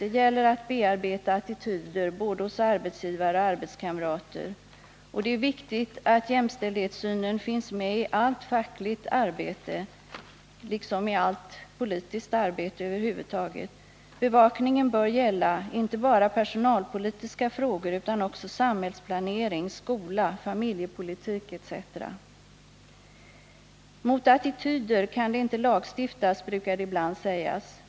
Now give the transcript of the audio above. Det gäller att bearbeta attityder både hos arbetsgivare och hos arbetskamrater. Det är viktigt att jämställdhetssynen finns med i allt fackligt arbete liksom i allt politiskt arbete över huvud taget. Bevakningen bör gälla inte bara personalpolitiska frågor utan också samhällsplanering, skola, familjepolitik etc. Mot attityder kan det inte lagstiftas, brukar det ibland sägas.